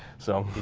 so.